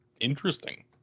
interesting